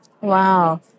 Wow